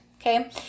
Okay